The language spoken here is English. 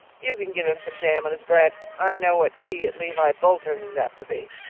you can give him some jam on his bread, i know what tea at levi boulter's is apt to be.